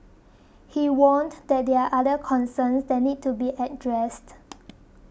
he warned that there are other concerns that need to be addressed